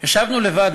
ישבנו לבד,